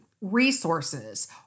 resources